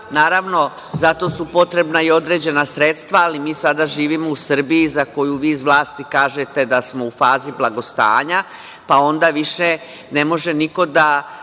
Naravno zato su potrebna i određena sredstva, ali mi sada živimo u Srbiji koju vi iz kažete da smo u fazi blagostanja, pa onda više ne može niko da